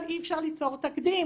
אבל אי אפשר ליצור תקדים.